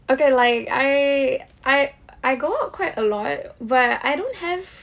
okay like I I I got quite a lot but I don't have